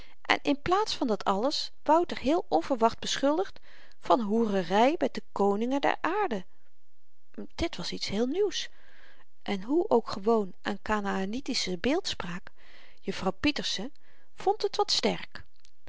en in plaats van dat alles wouter heel onverwacht beschuldigt van hoerery met de koningen der aarde dit was iets heel nieuws en hoe ook gewoon aan kanaänitische beeldspraak juffrouw pieterse vond het wat sterk